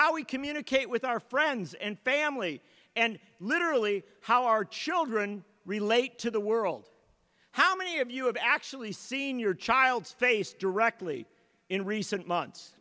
how we communicate with our friends and family and literally how our children relate to the world how many of you have actually seen your child's face directly in recent months